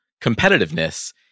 competitiveness